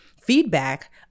feedback